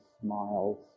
smiles